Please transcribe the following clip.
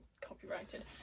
copyrighted